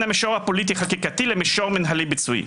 המישור הפוליטי החקיקתי למישור המנהלי הביצועי.